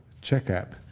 checkup